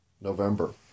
November